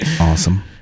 awesome